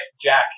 Jack